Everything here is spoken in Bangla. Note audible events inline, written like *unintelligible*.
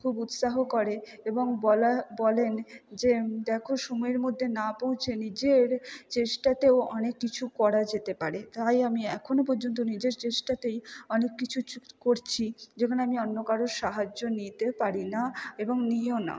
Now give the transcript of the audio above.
খুব উৎসাহ করে এবং *unintelligible* বলেন যে দেখো সময়ের মধ্যে না পৌঁছে নিজের চেষ্টাতেও অনেক কিছু করা যেতে পারে তাই আমি এখনো পর্যন্ত নিজের চেষ্টাতেই অনেক কিছু *unintelligible* করছি যেখানে আমি অন্য কারোর সাহায্য নিতে পারি না এবং নিইও না